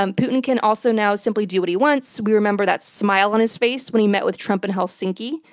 um putin can also now simply do what he wants. we remember that smile on his face when he met with trump in helsinki.